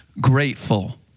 grateful